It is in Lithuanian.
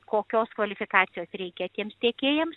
kokios kvalifikacijos reikia tiems tiekėjams